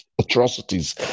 atrocities